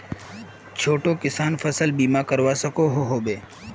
छोटो किसान फसल बीमा करवा सकोहो होबे?